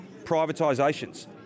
privatisations